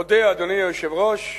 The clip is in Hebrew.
אודה, אדוני היושב-ראש,